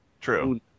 True